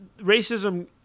racism